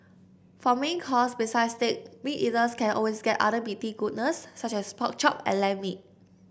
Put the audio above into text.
for main course besides steak meat eaters can always get other meaty goodness such as pork chop and lamb meat